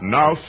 Now